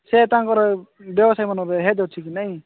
ସେ ତାଙ୍କର ବ୍ୟବସାୟମାନଙ୍କର ହେଡ୍ ଅଛି କି ନାଇଁ